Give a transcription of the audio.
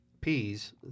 peas